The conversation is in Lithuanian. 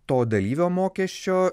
to dalyvio mokesčio